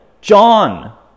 John